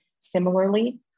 Similarly